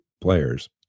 players